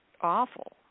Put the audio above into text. awful